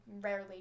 rarely